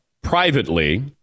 privately